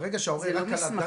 שברגע שההורה רק קלט,